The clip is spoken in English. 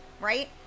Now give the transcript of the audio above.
right